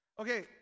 Okay